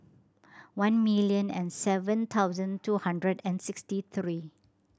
one million and seven thousand two hundred and sixty three